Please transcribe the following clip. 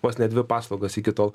vos ne dvi paslaugos iki tol